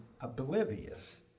oblivious